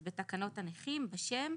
אז בתקנות הנכים בשם,